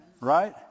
Right